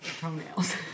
toenails